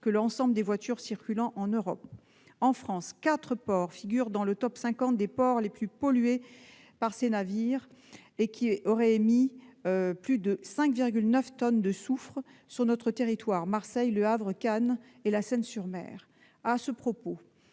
que l'ensemble des voitures circulant en Europe. En France, quatre ports figurent dans le top 50 des ports les plus pollués par ces navires qui auraient émis plus de 5,9 tonnes de soufre sur notre territoire : Marseille, Le Havre, Cannes et La Seyne-sur-Mer. À ce propos,